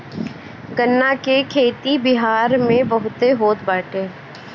गन्ना के खेती बिहार में बहुते होत बाटे